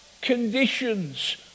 conditions